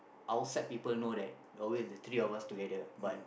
outside people know that always the three of us together but